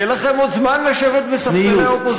יהיה לכם עוד זמן לשבת בספסלי האופוזיציה.